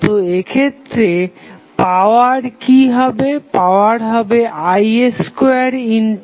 তো এক্ষেত্রে পাওয়ার কি হবে পাওয়ার হবে i2R